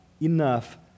enough